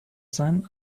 sein